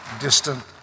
distant